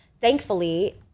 Thankfully